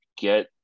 get